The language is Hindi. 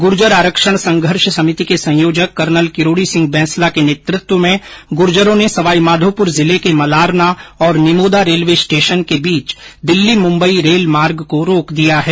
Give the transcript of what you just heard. गुर्जर आरक्षण संघर्ष समिति के संयोजक कर्नल किरोडी सिंह बैंसला के नेतृत्व में गुर्जरों ने सवाईमाधोपुर जिल के मलारना और निमोदा रेलवे स्टेशन के बीच दिल्ली मुम्बई रेल मार्ग को रोक दिया है